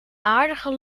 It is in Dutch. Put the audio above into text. aardige